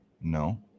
No